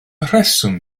rheswm